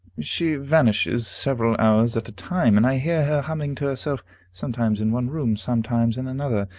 she vanishes several hours at a time, and i hear her humming to herself, sometimes in one room, sometimes in another.